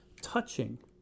touching